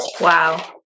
Wow